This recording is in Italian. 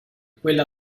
quella